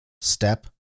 step